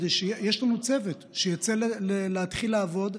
ויש לנו צוות שרוצה להתחיל לעבוד.